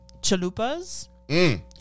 chalupas